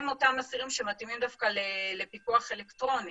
הם אותם אסירים שמתאימים לפיקוח אלקטרוני.